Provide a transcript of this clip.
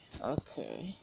okay